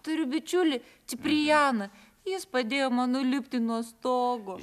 turiu bičiulį ciprijaną jis padėjo man nulipti nuo stogo